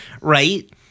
right